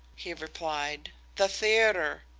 he replied. the theatre!